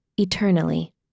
eternally